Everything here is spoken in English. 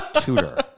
tutor